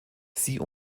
sie